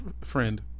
friend